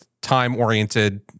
time-oriented